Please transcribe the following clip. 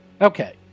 Okay